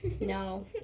no